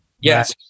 yes